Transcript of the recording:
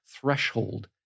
threshold